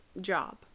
job